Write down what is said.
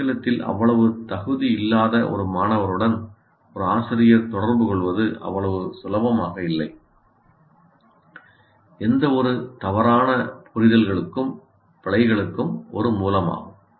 ஆங்கிலத்தில் அவ்வளவு தகுதி இல்லாத ஒரு மாணவருடன் ஒரு ஆசிரியர் தொடர்புகொள்வது அவ்வளவு சுலபமாக இல்லை எந்தவொரு தவறான புரிதல்களுக்கும் பிழைகளுக்கும் ஒரு மூலமாகும்